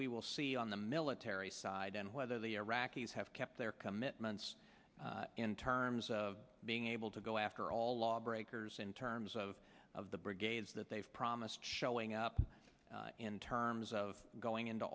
we will see on the military side and whether the iraqis have kept their commitments in terms of being able to go after all lawbreakers in terms of of the brigades that they've promised showing up in terms of going into